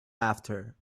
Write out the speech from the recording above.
after